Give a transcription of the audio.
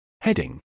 Heading